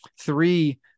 three